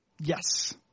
Yes